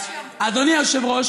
אם הוא יחליט למות,